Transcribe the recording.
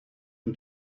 can